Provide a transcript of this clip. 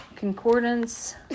Concordance